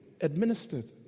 administered